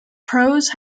prose